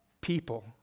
people